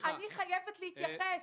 אני חייבת להתייחס.